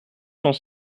cent